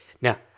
Now